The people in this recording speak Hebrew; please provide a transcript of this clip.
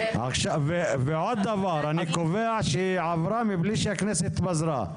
אני גם קובע שהצעת החוק עברה מבלי שהכנסת התפזרה.